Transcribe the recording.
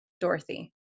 Dorothy